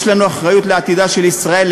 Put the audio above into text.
יש לנו אחריות לעתידה של ישראל,